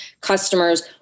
customers